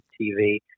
TV